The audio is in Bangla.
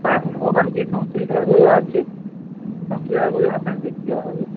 হ্যাঁ হ্যাঁ ওখানে যে সমস্ত জায়গাগুলো আছে সমস্ত জায়গাগুলো আপনাদের দেখিয়ে দেওয়া হবে